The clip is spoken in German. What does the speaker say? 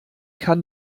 kann